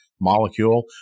molecule